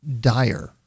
dire